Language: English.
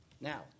Now